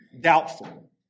doubtful